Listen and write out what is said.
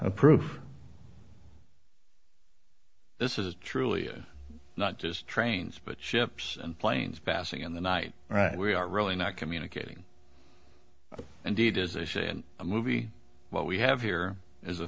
of proof this is truly not just trains but ships and planes basking in the night right we are really not communicating and did as a show in a movie what we have here is a